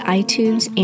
iTunes